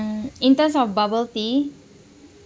mm in terms of bubble tea